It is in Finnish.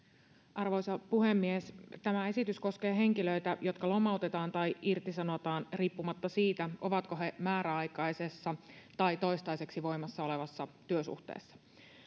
arvoisa puhemies tämä esitys koskee henkilöitä jotka lomautetaan tai irtisanotaan riippumatta siitä ovatko he määräaikaisessa tai toistaiseksi voimassa olevassa työsuhteessa